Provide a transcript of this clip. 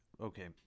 okay